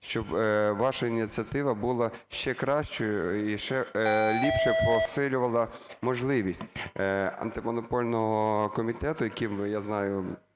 щоб ваша ініціатива була ще кращою і ще ліпше посилювала можливість Антимонопольного комітету, яким ви, я знаю,